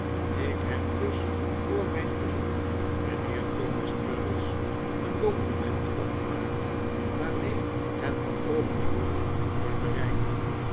ik heb dus voor mijn vriend mijnheer thomas traddles een document opgemaakt waarmee het beoogde doel wordt bereikt